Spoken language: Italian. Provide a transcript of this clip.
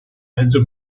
mezzo